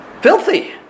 filthy